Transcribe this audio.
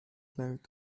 laut